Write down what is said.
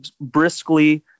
briskly